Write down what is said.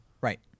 Right